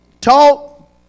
talk